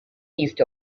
east